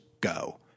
go